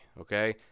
okay